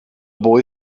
boy